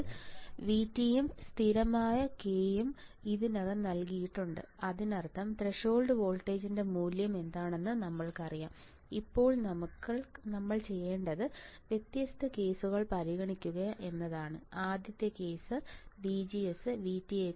ഇപ്പോൾ VT യും സ്ഥിരമായ K യും ഇതിനകം നൽകിയിട്ടുണ്ട് അതിനർത്ഥം ത്രെഷോൾഡ് വോൾട്ടേജിന്റെ മൂല്യം എന്താണെന്ന് ഞങ്ങൾക്കറിയാം ഇപ്പോൾ നമ്മൾ ചെയ്യേണ്ടത് വ്യത്യസ്ത കേസുകൾ പരിഗണിക്കുകയാണ് ആദ്യത്തെ കേസ് VGSVT